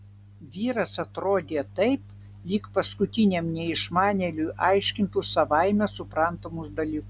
vyras atrodė taip lyg paskutiniam neišmanėliui aiškintų savaime suprantamus dalykus